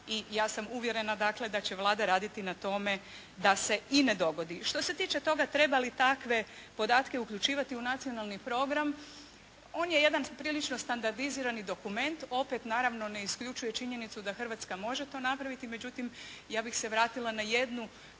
i ja sam uvjerena dakle da će Vlada raditi na tome da se i ne dogodi. Što se tiče toga treba li takve podatke uključivati u nacionalni program, on je jedan prilično standardizirani dokument opet naravno ne isključuje činjenicu da Hrvatska može to napraviti, međutim ja bih se vratila na jednu